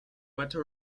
puerto